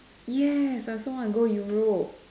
yes I also wanna go Europe